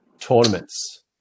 tournaments